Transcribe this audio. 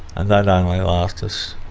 and they'd only last us,